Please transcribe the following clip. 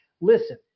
Listen